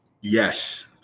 Yes